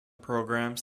programs